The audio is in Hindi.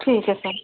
ठीक है सर